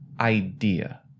idea